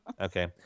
Okay